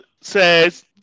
says